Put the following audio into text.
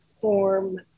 form